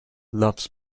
loves